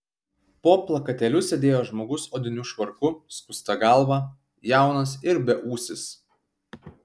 po plakatėliu sėdėjo žmogus odiniu švarku skusta galva jaunas ir beūsis